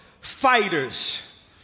fighters